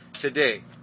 today